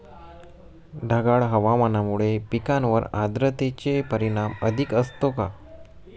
ढगाळ हवामानामुळे पिकांवर आर्द्रतेचे परिणाम अधिक असतो का?